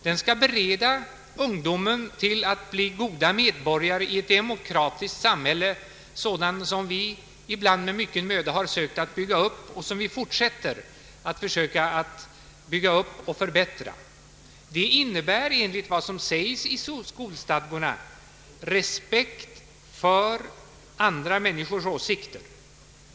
Den skall bereda ungdomen att bli goda medborgare i ett demokratiskt samhälle, sådant som vi, ibland med mycken möda, har sökt att bygga upp, och som vi fortsätter att försöka bygga upp och förbättra. Det innebär, enligt vad som sägs i skolstadgarna, respekt för andra människors åsikter.